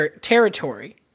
territory